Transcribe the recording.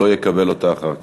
לא יקבל אותה אחר כך.